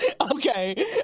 Okay